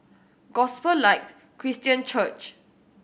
Gospel Light Christian Church